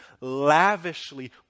lavishly